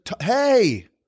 hey